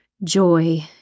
joy